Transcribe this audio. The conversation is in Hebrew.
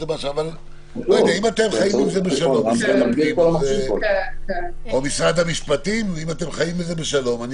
אבל אם אתם חיים עם זה בשלום משרד הפנים או משרד המשפטים אז אני